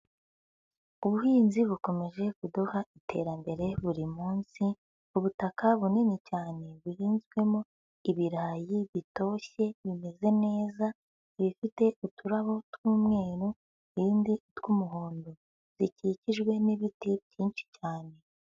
Ubuhinzi bukomeje kuduha iterambere buri munsi, ubutaka bunini cyane buhinzwemo ibirayi bitoshye, bimeze neza, ibifite uturabo tw'umweru, ibindi tw'umuhondo, bikikijwe n'ibiti byinshi cyane.